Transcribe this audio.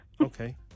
Okay